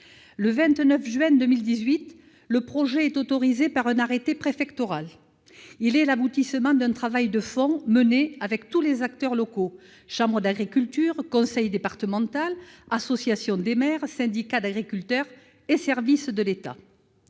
le 29 juin 2018, le projet est autorisé par un arrêté préfectoral. Il est l'aboutissement d'un travail de fond mené avec tous les acteurs locaux : chambre d'agriculture, conseil départemental, association des maires, syndicats d'agriculteurs et services de l'État.